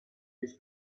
these